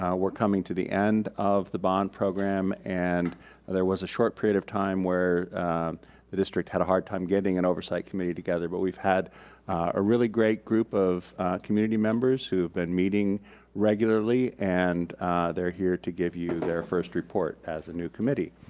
we're coming to the end of the bond program. and there was a short period of time where the district had a hard time getting an oversight committee together, but we've had a really great group of community members who have been meeting regularly. and they're here to give you their first report as a new committee.